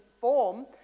form